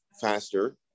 faster